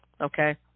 Okay